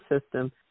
system